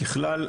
ככלל,